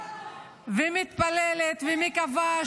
ומתפללת ומקווה,